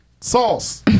Sauce